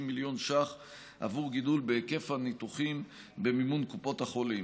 מיליון ש"ח עבור גידול בהיקף הניתוחים במימון קופות החולים.